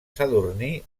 sadurní